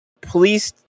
Police